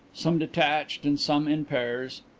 some detached and some in pairs,